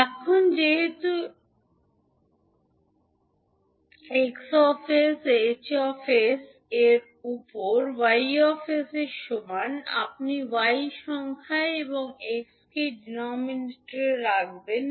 এখন যেহেতু H X এর উপর Y এর সমান আপনি Y সংখ্যায় এবং Xকে ডিনোমিনেটরে রাখবেন